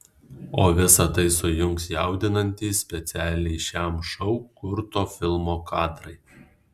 o visa tai sujungs jaudinantys specialiai šiam šou kurto filmo kadrai